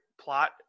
plot